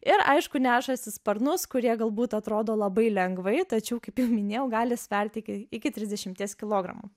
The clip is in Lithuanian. ir aišku nešasi sparnus kurie galbūt atrodo labai lengvai tačiau kaip jau minėjau gali svert iki iki trisdešimties kilogramų